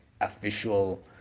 official